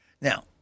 now